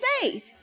faith